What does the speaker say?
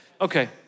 Okay